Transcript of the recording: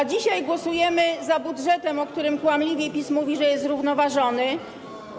A dzisiaj głosujemy za budżetem, o którym kłamliwie PiS mówi, że jest zrównoważony... 8 lat.